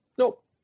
Nope